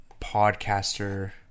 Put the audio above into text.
podcaster